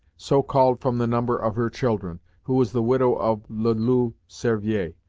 so called from the number of her children, who was the widow of le loup cervier,